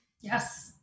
Yes